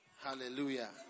Hallelujah